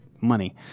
money